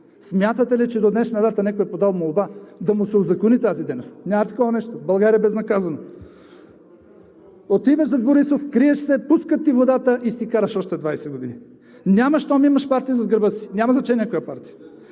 Смятате ли, че до днешна дата някой е подал молба да му се узакони тази дейност? Няма такова нещо. В България е безнаказано. Отидеш зад Борисов, криеш се, пускат ти водата и си караш още 20 години. Щом имаш партия зад гърба си, няма значение коя партия.